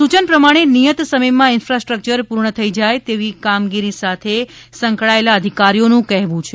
સૂચન પ્રમાણે નિયત સમયમાં ઈન્ફાસ્ટ્રક્ચર પૂર્ણ થઈ જાય તેવું આ કામગીરી સાથે સંકળાયેલા અધિકારીઓનું કહેવુ છે